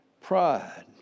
pride